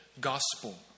gospel